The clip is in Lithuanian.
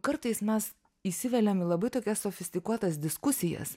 kartais mes įsiveliam į labai tokias sofistikuotas diskusijas